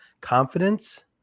Confidence